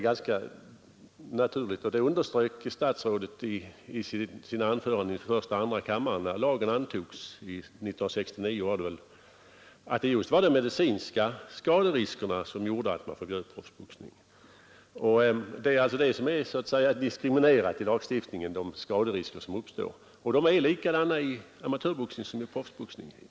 Vidare är det så — och det underströk också statsrådet i sina anföranden i första och andra kammaren, när lagen antogs 1969 — att det var just de medicinska skaderiskerna som gjorde att vi förbjöd proffsboxningen. Det är sålunda dessa skaderisker som nu är diskriminerade i lagstiftningen, och de är exakt likadana i amatörboxningen som i proffsboxningen.